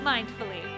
Mindfully